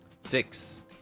Six